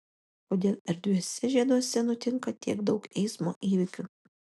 kodėl erdviuose žieduose nutinka tiek daug eismo įvykių